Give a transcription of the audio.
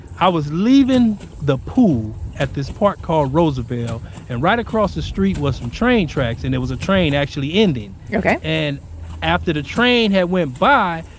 i was leaving the pool at this park called roosevelt and right across the street was some train tracks and it was a train actually ending yeah and after the train had went by,